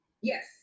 Yes